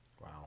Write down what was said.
wow